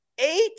eight